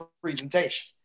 presentation